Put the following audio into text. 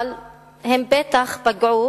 אבל הם בטח פגעו